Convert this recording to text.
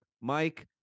Mike